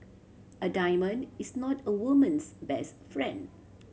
a diamond is not a woman's best friend